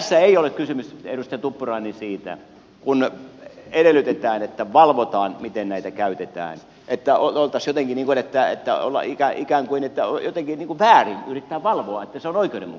tässä ei ole kysymys edustaja tuppurainen siitä kun edellytetään että valvotaan miten näitä käytetään että olisi jotenkin ikään kuin väärin yrittää valvoa että se on oikeudenmukaista